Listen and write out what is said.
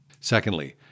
Secondly